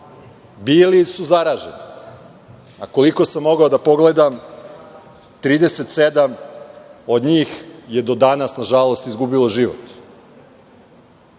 bili su zaraženi, a koliko sam mogao da pogledam, 37 od njih je do danas, nažalost, izgubilo život,